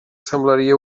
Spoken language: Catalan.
semblaria